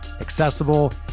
accessible